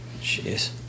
Jeez